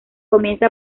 comienza